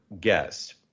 guest